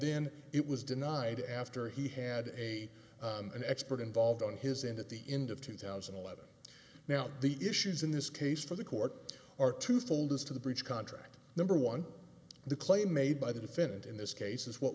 then it was denied after he had a an expert involved on his end at the end of two thousand and eleven now the issues in this case for the court are two fold as to the breach of contract number one the claim made by the defendant in this case is what